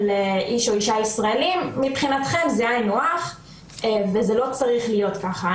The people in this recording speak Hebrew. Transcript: איש או אישה ישראליים מבחינתכם זה היינו-הך וזה לא צריך להיות כך.